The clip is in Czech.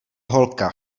holka